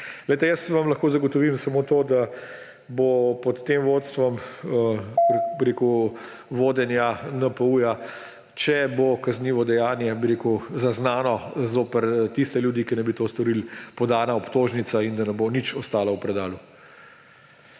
zagotovim samo to, da bo pod tem vodstvom vodenja NPU, če bo kaznivo dejanje zaznano zoper tiste ljudi, ki naj bi to storili, podana obtožnica in da ne bo nič ostalo v predalu.